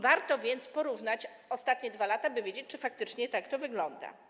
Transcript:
Warto więc porównać ostatnie 2 lata, by wiedzieć, czy faktycznie tak to wygląda.